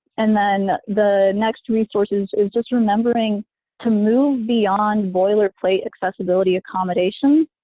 and then the next resource is is just remembering to move beyond boilerplate accessibility accommodation.